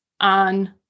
on